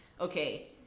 Okay